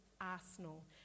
arsenal